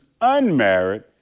unmarried